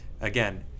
Again